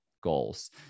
goals